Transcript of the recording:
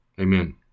Amen